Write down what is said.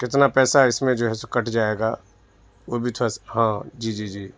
کتنا پیسہ اس میں جو ہے سو کٹ جائے گا وہ بھی تھوڑا سا ہاں جی جی جی